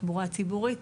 תחבורה ציבורית.